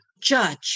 judge